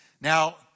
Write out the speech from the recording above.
Now